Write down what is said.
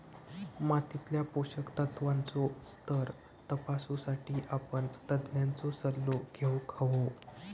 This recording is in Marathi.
मातीतल्या पोषक तत्त्वांचो स्तर तपासुसाठी आपण तज्ञांचो सल्लो घेउक हवो